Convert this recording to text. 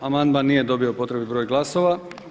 Amandman nije dobio potrebni broj glasova.